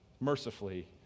mercifully